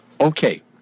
Okay